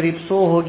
100 होगा